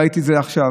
ראיתי את זה היום.